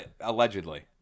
Allegedly